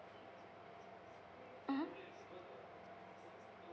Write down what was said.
mm